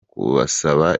kubasaba